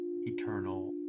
eternal